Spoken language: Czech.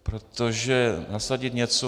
Protože nasadit něco...